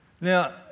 Now